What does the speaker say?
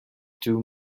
too